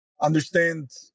understand